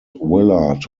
willard